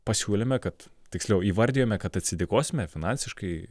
pasiūlėme kad tiksliau įvardijome kad atsidėkosime finansiškai